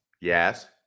Yes